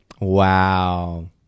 wow